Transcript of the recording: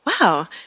Wow